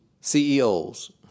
CEOs